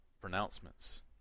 pronouncements